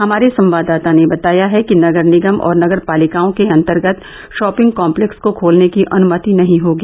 हमारे संवाददाता ने बताया है कि नगर निगम और नगर पालिकाओं के अंतर्गत शॉपिंग कॉम्लेक्स को खोलने की अनुमति नहीं होगी